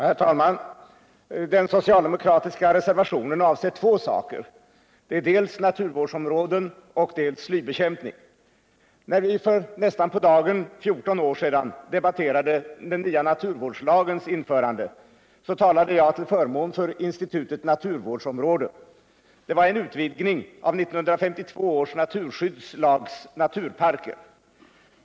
Herr talman! Den socialdemokratiska reservationen avser två saker: dels naturvårdsområden, dels slybekämpning. När vi för nästan på dagen 14 år sedan debatterade den nya naturvårdslagens införande talade jag till förmån för institutet naturvårdsområden. Det var en utvidgning av 1952 års naturskyddslags naturparker.